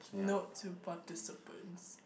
note to participants